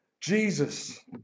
Jesus